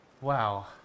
Wow